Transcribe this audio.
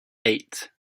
eight